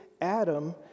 Adam